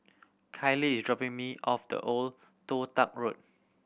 Kalie is dropping me off the Old Toh Tuck Road